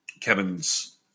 Kevin's